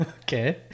okay